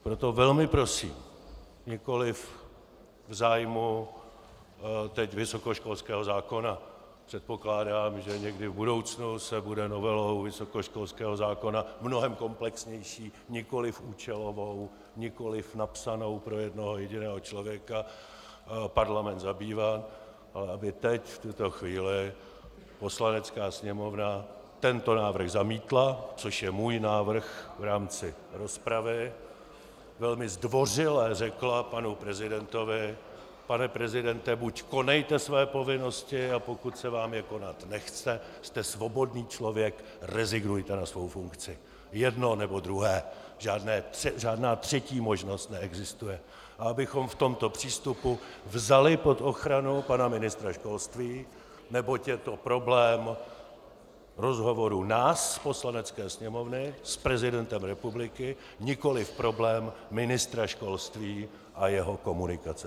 Proto velmi prosím, nikoliv v zájmu teď vysokoškolského zákona, předpokládám, že někdy v budoucnu se bude novelou vysokoškolského zákona mnohem komplexnější, nikoliv účelovou, nikoliv napsanou pro jednoho jediného člověka parlament zabývat, ale aby teď v tuto chvíli Poslanecká sněmovna tento návrh zamítla což je můj návrh v rámci rozpravy , velmi zdvořile řekla panu prezidentovi: pane prezidente, buď konejte své povinnosti, a pokud se vám je konat nechce, jste svobodný člověk, rezignujte na svou funkci, jedno nebo druhé, žádná třetí možnost neexistuje, a abychom v tomto přístupu vzali pod ochranu pana ministra školství, neboť je to problém rozhovoru nás, Poslanecké sněmovny, s prezidentem republiky nikoliv problém ministra školství a jeho komunikace s prezidentem.